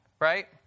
right